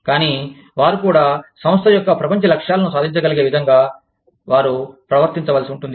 కానీ వారు కూడా సంస్థ యొక్క ప్రపంచ లక్ష్యాలను సాధించగలిగే విధంగా వారు ప్రవర్తించవలసి ఉంటుంది